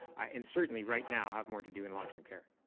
and certainly right now have more to do in long-term care.